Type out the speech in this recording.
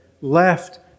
left